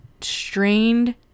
strained